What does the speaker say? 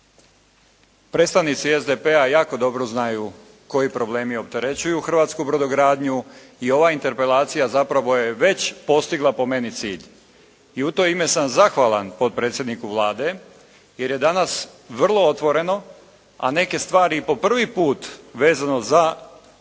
predstavnici SDP-a jako dobro znaju koji problemi opterećuju hrvatsku brodogradnju i ova interpelacija zapravo je već postigla po meni cilj i u to ime sam zahvalan potpredsjedniku Vlade jer je danas vrlo otvoreno, a neke stvari i po prvi put vezano za